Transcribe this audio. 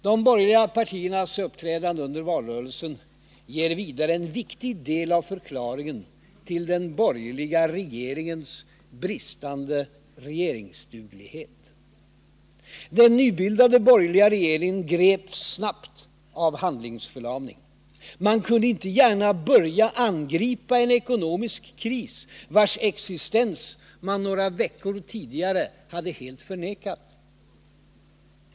De borgerliga partiernas uppträdande under valrörelsen ger vidare en viktig del av förklaringen till den borgerliga regeringens bristande regeringsduglighet. Den nybildade borgerliga regeringen greps snabbt av handlingsförlamning. Man kunde inte gärna börja angripa en ekonomisk kris vars existens man några veckor tidigare hade helt förnekat.